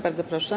Bardzo proszę.